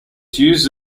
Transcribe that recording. use